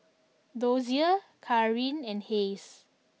Dozier Karin and Hays